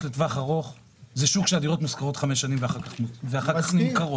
לטווח ארוך זה שוק שהדירות מושכרות 5 שנים ואחר כך נמכרות